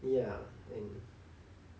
ya and